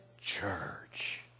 church